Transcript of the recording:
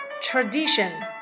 Tradition